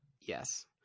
Yes